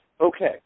okay